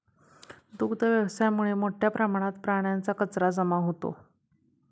दुग्ध व्यवसायामुळे मोठ्या प्रमाणात प्राण्यांचा कचरा जमा होतो